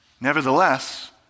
Nevertheless